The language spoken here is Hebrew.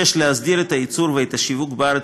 6. להסדיר את הייצור ואת השיווק בארץ